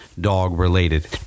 dog-related